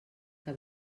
que